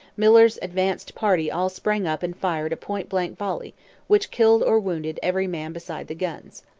miller's advanced party all sprang up and fired a point-blank volley which killed or wounded every man beside the guns.